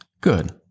Good